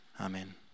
Amen